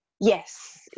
Yes